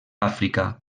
àfrica